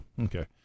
Okay